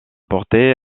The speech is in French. portés